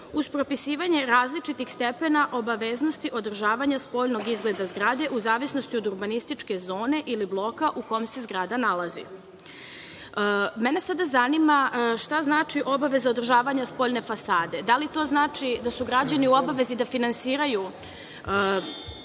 uz propisivanje različitih stepena obaveznosti održavanja spoljnog izgleda zgrade, u zavisnosti od urbanističke zone ili bloka u kojem se zgrada nalazi. Mene sada zanima – šta znači obaveza održavanja spoljne fasade? Da li to znači da su građani u obavezi da finansiraju